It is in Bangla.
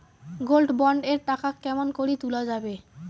গোল্ড বন্ড এর টাকা কেমন করি তুলা যাবে?